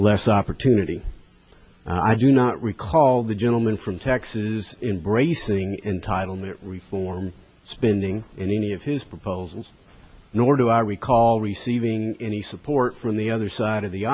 less opportunity i do not recall the gentleman from texas is embracing in title not reform spending any of his proposals nor do i recall receiving any support from the other side of the